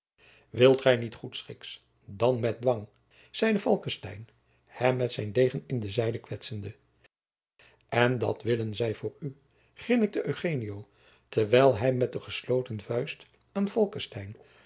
wilt gij niet goedschiks dan met dwang zeide falckestein hem met zijn degen in de zijde kwetsende en dat voor u grinnikte eugenio terwijl hij met de gesloten vuist aan